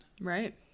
Right